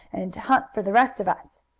and hunt for the rest of us.